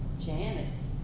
Janice